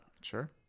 Sure